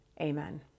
Amen